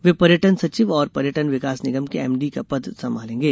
वे पर्यटन सचिव और पर्यटन विकास निगम के एमडी का पद संभालेंगे